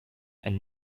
and